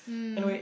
mm